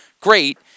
great